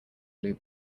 blue